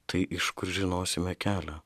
tai iš kur žinosime kelią